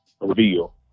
reveal